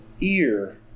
ear